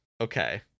Okay